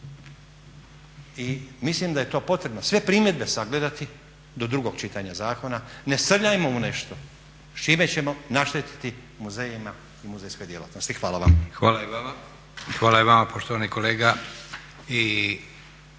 I mislim da je to potrebno sve primjedbe sagledati do drugog čitanja zakona, ne srljajmo u nešto s čime ćemo naštetiti muzejima i muzejskoj djelatnosti. Hvala vam. **Leko, Josip (SDP)** Hvala i vama poštovani kolega.